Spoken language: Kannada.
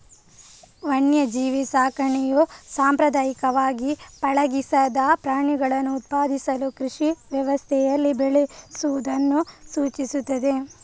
ವನ್ಯಜೀವಿ ಸಾಕಣೆಯು ಸಾಂಪ್ರದಾಯಿಕವಾಗಿ ಪಳಗಿಸದ ಪ್ರಾಣಿಗಳನ್ನು ಉತ್ಪಾದಿಸಲು ಕೃಷಿ ವ್ಯವಸ್ಥೆಯಲ್ಲಿ ಬೆಳೆಸುವುದನ್ನು ಸೂಚಿಸುತ್ತದೆ